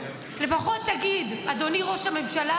לפחות תגיד: אדוני ראש הממשלה,